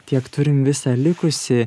tiek turim visą likusį